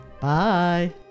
Bye